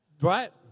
Right